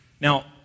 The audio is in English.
Now